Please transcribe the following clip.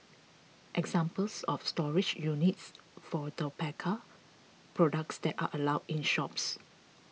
examples of storage units for tobacco products that are allowed in shops